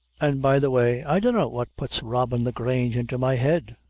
an' by the way, i dunna what puts robbin' the grange into my head!